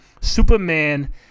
Superman